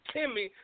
Timmy